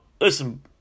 listen